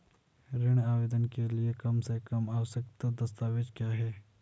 ऋण आवेदन के लिए कम से कम आवश्यक दस्तावेज़ क्या हैं?